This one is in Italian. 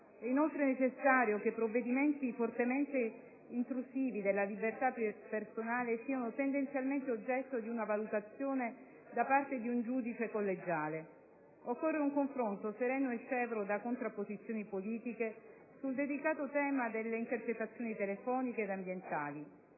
È inoltre necessario che provvedimenti fortemente intrusivi della libertà personale siano tendenzialmente oggetto di una valutazione da parte di un giudice collegiale. Occorre un confronto sereno e scevro da contrapposizioni politiche sul delicato tema delle intercettazioni telefoniche ed ambientali: